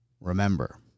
Remember